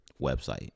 website